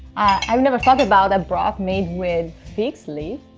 i've never thought about a broth made with fig's leaves.